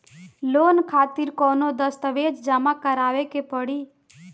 Loan खातिर कौनो दस्तावेज जमा करावे के पड़ी?